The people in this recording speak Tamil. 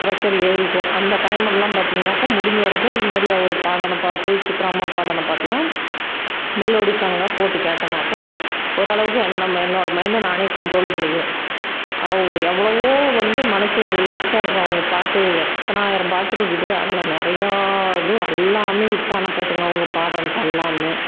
ப்ரஷர் ஏறிக்கும் அந்த டைமெல்லாம் பார்த்திங்கனாக்கா முடிஞ்ச வரைக்கும் இந்த மாதிரி அவர் பாடின பாட்டு சித்ராம்மா பாடின பாட்டெல்லாம் மெலோடி சாங்காக போட்டுக் கேட்டேனாக்கா ஓரளவுக்கு ஏன் நம்ம என்னோட மைண்டை நானே கண்ட்ரோல் பண்ணிக்குவேன் அவங்க எவ்வளவோ வந்து மனதுக்கு ரிலாக்ஸாக இருக்கும் அவங்க பாட்டு எத்தனாயிரம் பாட்டு இருக்குது அதில் நிறையா இதுவும் எல்லாமே ஹிட்டான பாட்டுங்க அவங்க பாடினது எல்லாமே